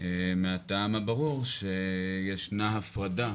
מהטעם הברור שישנה הפרדה,